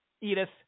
Edith